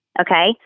Okay